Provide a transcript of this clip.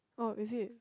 oh is it